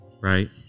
Right